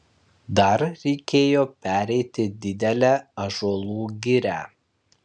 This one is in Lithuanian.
dar reikėjo pereiti didelę ąžuolų girią